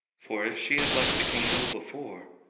for if she had liked the king ill before,